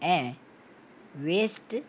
ऐं वेस्ट